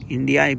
India